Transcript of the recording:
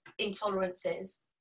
intolerances